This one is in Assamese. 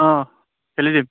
অঁ খেলি দিম